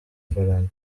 valentine